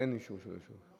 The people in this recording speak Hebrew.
ואין מי שיקריא את זה.